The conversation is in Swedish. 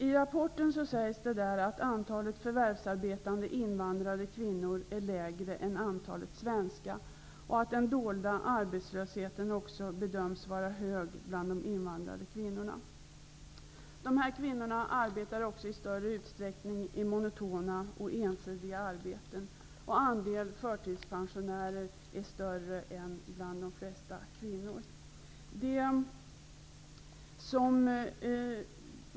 I rapporten sägs det att antalet förvärvsarbetande invandrarkvinnor är lägre än antalet svenska och att den dolda arbetslösheten också bedöms vara hög bland de invandrade kvinnorna. Dessa kvinnor har också i större utsträckning i monotona och ensidiga arbeten. Andelen förtidspensionärer är större än i de flesta andra kvinnogrupper.